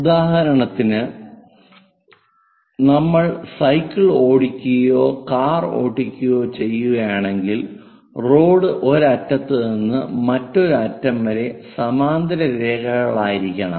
ഉദാഹരണത്തിന് നമ്മൾ സൈക്കിൾ ഓടിക്കുകയോ കാർ ഓടിക്കുകയോ ചെയ്യുകയാണെങ്കിൽ റോഡ് ഒരു അറ്റത്ത് നിന്ന് മറ്റൊരു അറ്റം വരെ സമാന്തര രേഖകളായിരിക്കണം